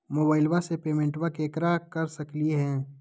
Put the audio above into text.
मोबाइलबा से पेमेंटबा केकरो कर सकलिए है?